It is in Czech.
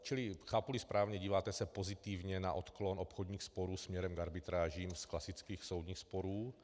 Čili chápuli správně, díváte se pozitivně na odklon obchodních sporů směrem k arbitrážím z klasických soudních sporů.